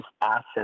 assets